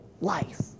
life